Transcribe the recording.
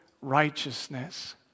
righteousness